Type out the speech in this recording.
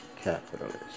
Capitalist